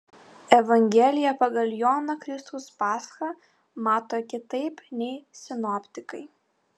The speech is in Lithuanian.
evangelija pagal joną kristaus paschą mato kitaip nei sinoptikai